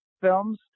films